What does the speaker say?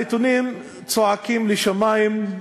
הנתונים צועקים לשמים,